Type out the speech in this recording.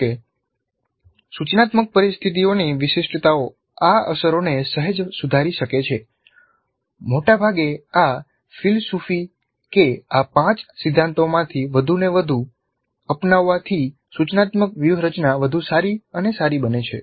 જો કે સૂચનાત્મક પરિસ્થિતિઓની વિશિષ્ટતાઓ આ અસરોને સહેજ સુધારી શકે છે મોટા ભાગે આ ફિલસૂફી કે આ પાંચ સિદ્ધાંતોમાંથી વધુને વધુ અપનાવવાથી સૂચનાત્મક વ્યૂહરચના વધુ સારી અને સારી બને છે